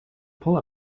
pull